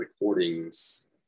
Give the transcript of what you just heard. recordings